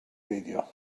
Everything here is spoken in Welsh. beidio